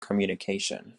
communication